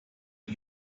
die